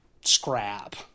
scrap